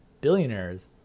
Billionaires